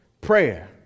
prayer